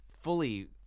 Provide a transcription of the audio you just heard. fully